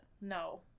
no